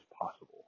possible